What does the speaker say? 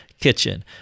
kitchen